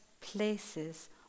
places